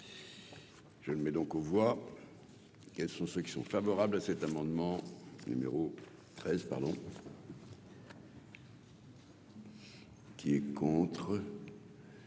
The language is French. Je le mets donc aux voix, quels sont ceux qui sont favorables à cet amendement numéro 13 pardon. Qui est contre.